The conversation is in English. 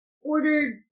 ordered